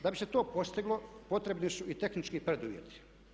Da bi se to postiglo, potrebni su i tehnički preduvjeti.